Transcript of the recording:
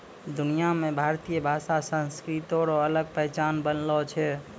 दुनिया मे भारतीय भाषा संस्कृति रो अलग पहचान बनलो छै